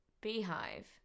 Beehive